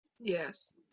Yes